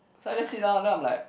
so I just sit down then I'm like